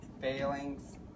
failings